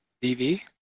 VV